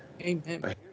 Amen